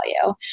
value